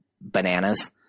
bananas